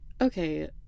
okay